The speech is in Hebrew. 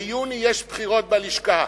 ביוני יש בחירות בלשכה.